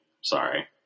Sorry